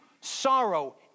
Sorrow